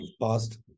past